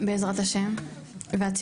בעזרת השם והציבור,